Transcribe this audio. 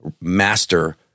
master